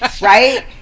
right